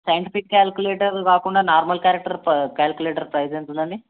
scientific calculator కాకుండా normal character calculator price ఎంతుందండి